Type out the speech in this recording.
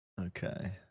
Okay